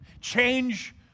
change